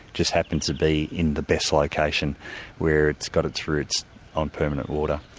just happens to be in the best location where it's got its roots on permanent water,